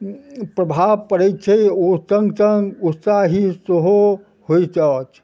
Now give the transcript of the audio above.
प्रभाव पड़य छै ओ सङ्ग सङ्ग उत्साही सेहो होइत अछि